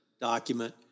document